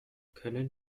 können